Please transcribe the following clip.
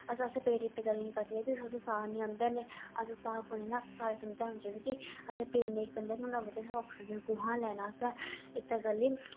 अस अस पेड़ इत्त गल्ली निं कटदे की अस साह् नि आंदा ऐ अस साह् असें ने सारे समझाना चाहीदा की असेंगी पेड़ नेईं कटने चाहीदे निं तां आक्सीजन कुत्थुआ लैना असें इत्ता गल्ली